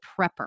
Prepper